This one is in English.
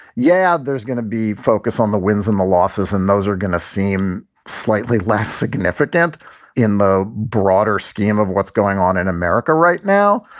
yeah, there's going to be focus on the wins and the losses. and those are going to seem slightly less significant in the broader scheme of what's going on in america right now.